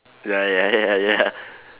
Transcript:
ya ya ya ya